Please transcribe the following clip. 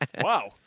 Wow